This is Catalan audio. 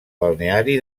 balneari